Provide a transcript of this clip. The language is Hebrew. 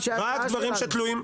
בהחלט יכול להיות שלטובת הדבר הזה,